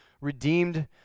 redeemed